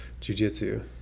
jujitsu